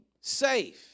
safe